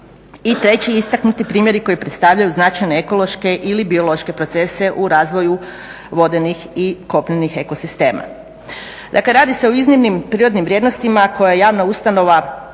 treći istaknuti primjeri koji predstavljaju značajne ekološke ili biološke procese u razvoju vodenih i kopnenih eko sistema. Dakle, radi se o iznimnim prirodnim vrijednostima koje javna ustanova